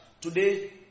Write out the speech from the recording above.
Today